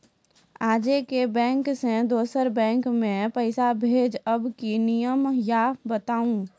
आजे के बैंक से दोसर बैंक मे पैसा भेज ब की नियम या बताबू?